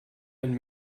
einen